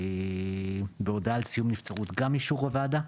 גם בהודעה על סיון הנבצרות גם אישור הוועדה?